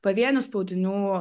pavienių spaudinių